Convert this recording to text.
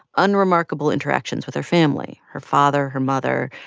unremarkable interactions with her family her father, her mother.